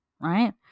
right